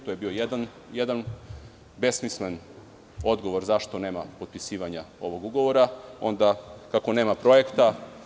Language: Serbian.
To je bio jedan besmislen odgovor zašto nema potpisivanja ovog ugovora, kako nema projekta.